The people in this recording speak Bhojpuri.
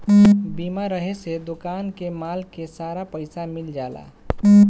बीमा रहे से दोकान के माल के सारा पइसा मिल जाला